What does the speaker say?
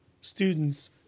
student's